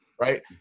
right